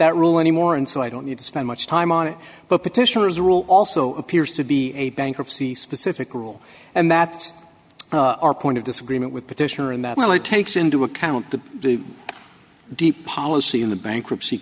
that rule anymore and so i don't need to spend much time on it but petitioner as a rule also appears to be a bankruptcy specific rule and that our point of disagreement with petitioner in that light takes into account the deep policy in the bankruptcy